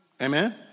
Amen